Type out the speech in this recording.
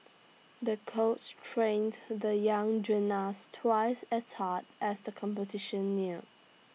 the coach trained the young gymnast twice as hard as the competition near